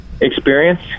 Experience